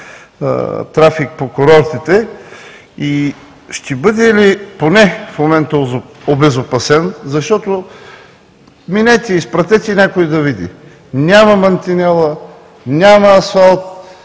трафик по курортите? И ще бъде ли поне в момента обезопасен, защото – минете и изпратете някой да види – няма мантела, няма асфалт,